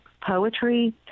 poetry